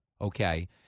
Okay